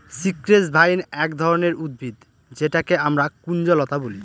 cypress vine এক ধরনের উদ্ভিদ যেটাকে আমরা কুঞ্জলতা বলি